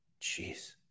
Jeez